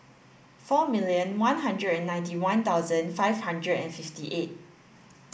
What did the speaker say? four million one hundred and ninety one thousand five hundred and fifty eight